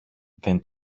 δεν